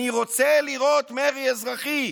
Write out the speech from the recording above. אני רוצה לראות מרי אזרחי",